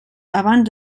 abans